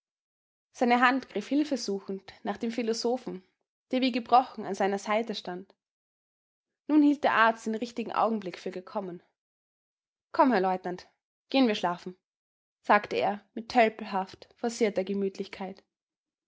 seine hand griff hilfesuchend nach dem philosophen der wie gebrochen an seiner seite stand nun hielt der arzt den richtigen augenblick für gekommen komm herr leutnant geh'n wir schlafen sagte er mit tölpelhaft forcierter gemütlichkeit